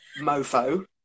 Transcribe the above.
mofo